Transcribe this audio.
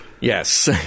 Yes